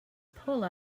pull